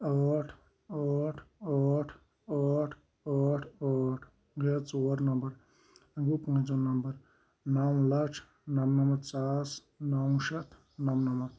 ٲٹھ ٲٹھ ٲٹھ ٲٹھ ٲٹھ ٲٹھ گٔے حظ ژور نَمبَر وۄنۍ گوٚو پوٗنٛژِم نمبر نَو لَچھ نمنَمَتھ ساس نَو شیٚتھ نَمنَمَتھ